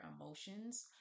emotions